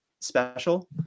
special